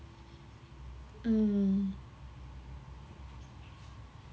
mm